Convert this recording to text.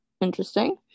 Interesting